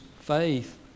faith